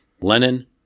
Lenin